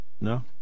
No